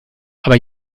aber